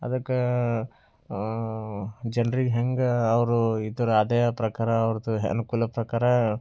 ಅದಕ್ಕೆ ಜನ್ರಿಗೆ ಹೆಂಗೆ ಅವರು ಈ ಥರ ಅದೇ ಪ್ರಕಾರ ಅವ್ರದ್ದು ಅನುಕೂಲ ಪ್ರಕಾರ